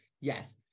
yes